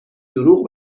دروغ